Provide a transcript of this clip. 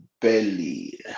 belly